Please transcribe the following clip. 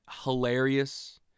hilarious